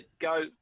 go